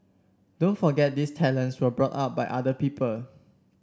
don't forget these talents were brought up by other people